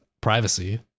privacy